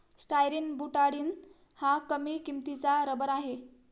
styrene butadiene हा कमी किंमतीचा रबर आहे